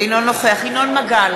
אינו נוכח ינון מגל,